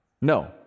No